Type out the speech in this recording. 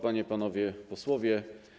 Panie i Panowie Posłowie!